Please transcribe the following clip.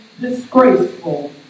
disgraceful